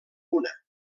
una